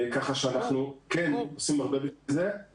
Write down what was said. כך שאנחנו כן עושים הרבה בשביל זה,